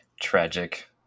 tragic